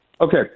okay